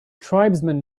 tribesmen